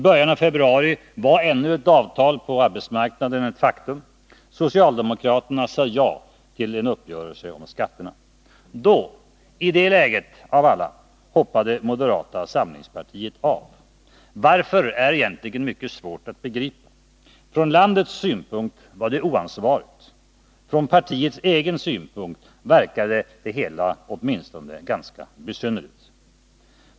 I början av februari var ännu ett avtal på arbetsmarknaden ett faktum. Socialdemokraterna sade ja till en uppgörelse om skatterna. Då, i det läget av alla, hoppade moderata samlingspartiet av. Varför är egentligen mycket svårt att begripa. Från landets synpunkt var det oansvarigt. Från partiets egen synpunkt verkade det hela åtminstone ganska besynnerligt.